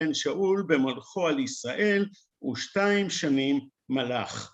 אין שאול במלכו על ישראל ושתיים שנים מלך.